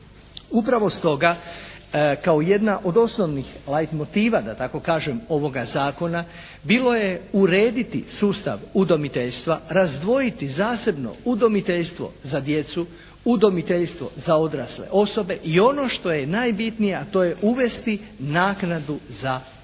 Upravo stoga kao jedna od osnovnih lajt motiva da tako kažem ovoga zakona bilo je urediti sustav udomiteljstva, razdvojiti zasebno udomiteljstvo za djecu, udomiteljstvo za odrasle osobe i ono što je najbitnije, a to je uvesti naknadu za udomitelja.